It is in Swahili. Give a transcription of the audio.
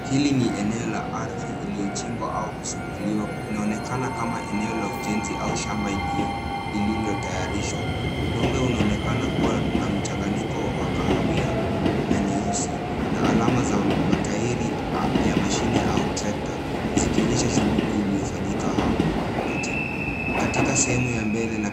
Hili ni eneo la ardhi iliyochimbwa au kusumbuliwa. Inaonekana kama la ujenzi au shamba lililotayarishwa. Udongo unaonekana kuwa na mchanganyiko wa kahawia na nyeusi, na alama za matairi ya mashine au trekta zikionyesha shughuli iliyofanyika hapo. Katika sehemu ya mbele na